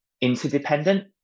interdependent